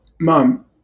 Mom